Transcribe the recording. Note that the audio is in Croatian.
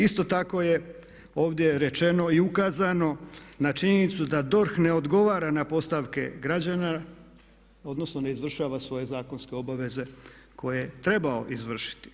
Isto tako je ovdje rečeno i ukazano na činjenicu da DORH ne odgovara na postavke građana odnosno ne izvršava svoje zakonske obaveze koje je trebao izvršiti.